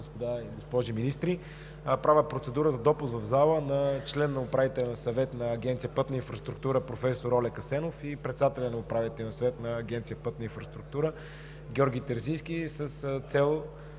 госпожи и господа министри! Правя процедура за допуск в залата на члена на Управителния съвет на Агенция „Пътна инфраструктура“ професор Олег Асенов и на председателя на Управителния съвет на Агенция „Пътна инфраструктура“ Георги Терзийски, с цел